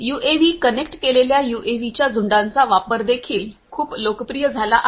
UAV connect केलेल्या यूएव्हीच्या झुंडांचा वापर देखील खूप लोकप्रिय झाला आहे